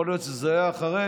יכול להיות שזה היה אחרי,